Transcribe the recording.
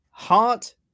Heart